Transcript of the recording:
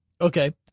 Okay